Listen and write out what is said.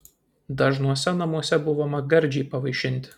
dažnuose namuose buvome gardžiai pavaišinti